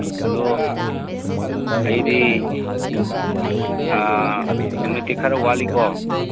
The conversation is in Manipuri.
ꯑꯗꯨ ꯑꯩꯗꯤ ꯅꯨꯃꯤꯠꯇꯤ ꯈꯔ ꯋꯥꯠꯂꯤꯀꯣ